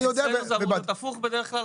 אני יודע -- אצלנו זה אמור להיות הפוך בדרך כלל,